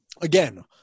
again